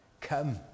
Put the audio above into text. come